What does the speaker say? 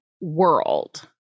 world